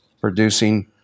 producing